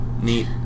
Neat